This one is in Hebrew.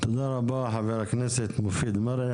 לחבר הכנסת מופיד מרעי.